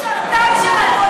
סלמאת.